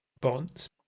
bonds